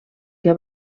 que